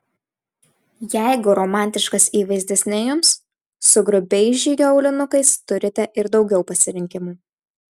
jeigu romantiškas įvaizdis ne jums su grubiais žygio aulinukais turite ir daugiau pasirinkimų